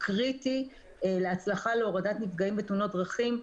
קריטי להצלחה להורדת נפגעים ותאונות דרכים.